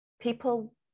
people